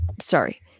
sorry